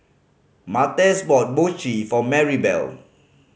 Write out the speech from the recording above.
Martez bought Mochi for Marybelle